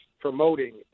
promoting